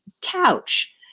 couch